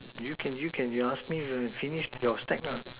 you can you can you ask me we can finish your stack lah